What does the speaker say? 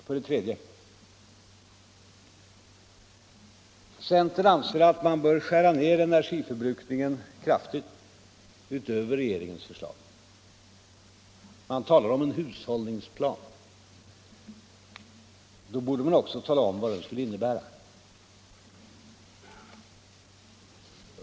För det tredje: Centern anser att man bör skära ner energiförbrukningen kraftigt utöver regeringens förslag. Man talar om en hushållningsplan. Då borde man också tala om vad den skulle innebära.